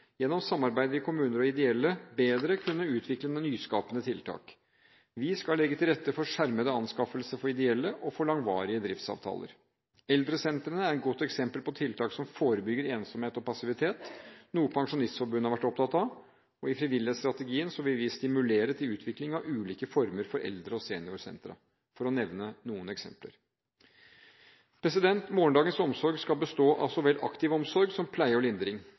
Gjennom samarbeid vil kommuner og ideelle aktører bedre kunne utvikle nyskapende tiltak. Vi skal legge til rette for skjermede anskaffelser for ideelle aktører og for langvarige driftsavtaler. Eldresentrene er et godt eksempel på tiltak som forebygger ensomhet og passivitet, noe Pensjonistforbundet har vært opptatt av. I frivillighetsstrategien vil vi stimulere til utvikling av ulike former for eldre- og seniorsentre, for å nevne noen eksempler. Morgendagens omsorg skal bestå av så vel aktiv omsorg som pleie og lindring.